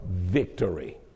victory